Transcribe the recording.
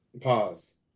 Pause